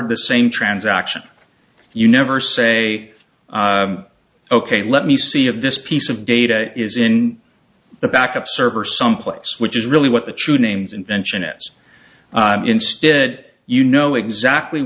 of the same transaction you never say ok let me see if this piece of data is in the backup server someplace which is really what the true names invention s ince did you know exactly